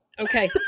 Okay